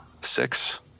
six